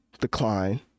decline